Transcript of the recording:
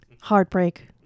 heartbreak